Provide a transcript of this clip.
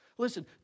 Listen